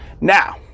Now